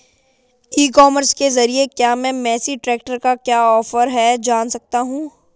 ई commerce के ज़रिए क्या मैं मेसी ट्रैक्टर का क्या ऑफर है जान सकता हूँ?